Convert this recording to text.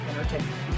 Entertainment